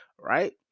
right